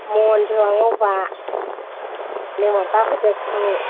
ꯃꯣꯟꯁꯨ ꯑꯉꯧꯕ ꯑꯗꯩ ꯃꯣꯝꯄꯥꯛ ꯐꯤꯗꯛꯁꯨ